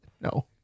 No